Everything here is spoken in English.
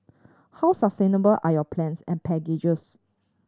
how sustainable are your plans and packages